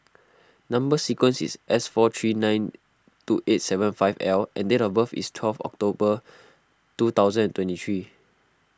Number Sequence is S four three nine two eight seven five L and date of birth is twelve October two thousand and twenty three